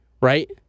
Right